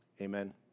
Amen